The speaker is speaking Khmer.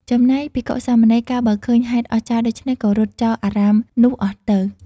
ចំណែកភិក្ខុ-សាមណេរ កាលបើឃើញហេតុអស្ចារ្យដូច្នេះ ក៏រត់ចោលអារាមនោះអស់ទៅ ។